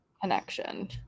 connection